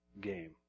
game